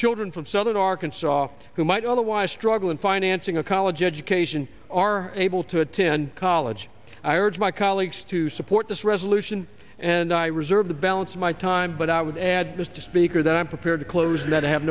children from southern arkansas who might otherwise struggle in financing a college education are able to attend college i urge my colleagues to support this resolution and i reserve the balance of my time but i would add this to speaker that i'm prepared to close that i have